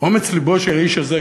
אומץ לבו של האיש הזה,